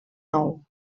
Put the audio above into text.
nou